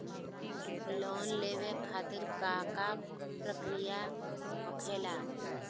Loan लेवे खातिर का का प्रक्रिया होखेला?